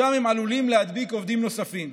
שם הם עלולים להדביק עובדים נוספים.